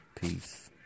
Peace